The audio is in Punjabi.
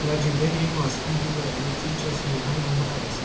ਰਾਜੇਂਦਰ ਨੇ ਮਾਸਕੀ ਦੀ ਲੜਾਈ ਵਿੱਚ ਜੈਸਮਿਹਾ ਨੂੰ ਹਰਾਇਆ ਸੀ